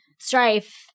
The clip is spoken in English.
Strife